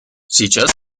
сейчас